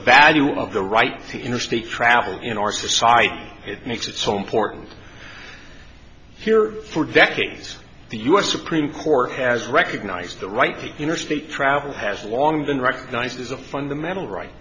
value of the right to interstate travel in our society it makes it so important here for decades the u s supreme court has recognized the right to interstate travel has long been recognized as a fundamental right